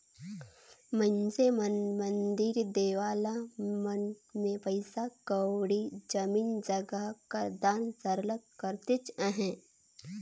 मइनसे मन मंदिर देवाला मन में पइसा कउड़ी, जमीन जगहा कर दान सरलग करतेच अहें